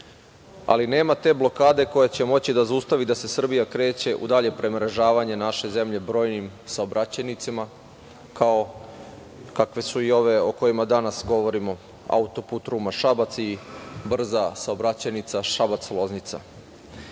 ali nema te blokade koja će moći da zaustavi da se Srbija kreće u dalje premrežavanje naše zemlje brojnim saobraćajnicama kao kakve su i ove o kojima danas govorimo auto-put Ruma-Šabac i brza saobraćajnica Šabac-Loznica. Naime,